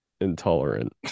intolerant